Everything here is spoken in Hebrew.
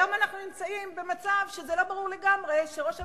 היום אנחנו נמצאים במצב שלא ברור לגמרי שראש הממשלה,